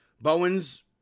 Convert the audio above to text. Bowens